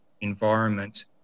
environment